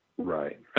Right